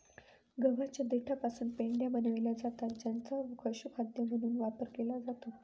गव्हाच्या देठापासून पेंढ्या बनविल्या जातात ज्यांचा पशुखाद्य म्हणून वापर केला जातो